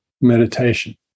meditation